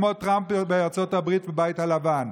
כמו טראמפ בארצות הברית בבית הלבן.